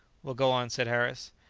well, go on, said harris.